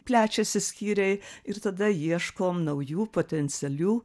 plečiasi skyriai ir tada ieškom naujų potencialių